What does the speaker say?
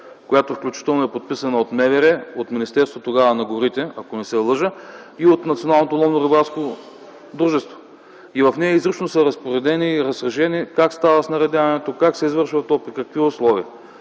която включително е подписана от МВР, от Министерството на горите тогава, ако не се лъжа, и от Националното ловно-рибарско дружество. В нея изрично са разпоредени и разрешени как става снаредяването, как се извършва то и при какви условия.